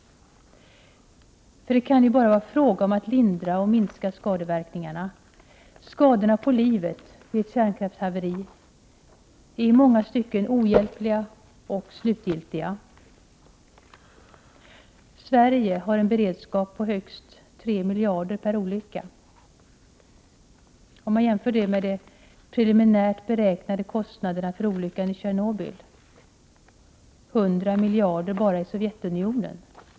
Det är ju ändå fråga om att lindra och minska skadeverkningarna. Skadorna på livet vid ett kärnkraftshaveri är i många stycken ohjälpliga och slutgiltiga. Sverige har en beredskap på högst 3 miljarder per olycka. Detta kan jämföras med den preliminärt beräknade kostnaden för olyckan i Tjernobyl — 100 miljarder bara i Sovjeunionen.